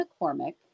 McCormick